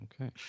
Okay